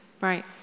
Right